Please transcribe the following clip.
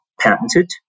patented